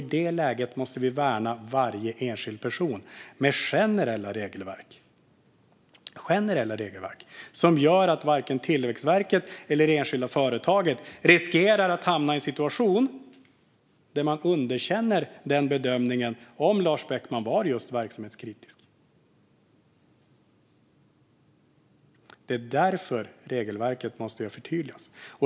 I detta läge måste vi värna varje enskild person med generella regelverk som gör att varken Tillväxtverket eller det enskilda företaget riskerar att hamna i en situation där man underkänner bedömningen av om Lars Beckman var verksamhetskritisk. Det är därför regelverket måste förtydligas.